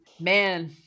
man